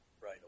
right